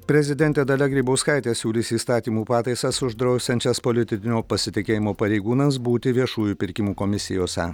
prezidentė dalia grybauskaitė siūlys įstatymų pataisas uždrausiančias politinio pasitikėjimo pareigūnams būti viešųjų pirkimų komisijose